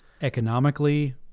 economically